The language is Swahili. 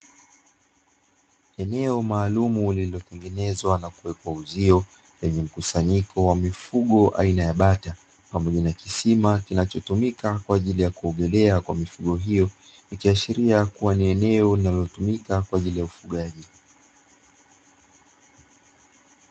Eneo maalumu lililotengenezwa na kuwekwa uzio lenye mkusanyiko wa mifugo aina ya bata, pamoja na kisima kinachotumika kwa ajili ya kuogelea kwa mifugo hiyo, ikiashiria kuwa ni eneo linalotumika kwa ajili ya ufugaji.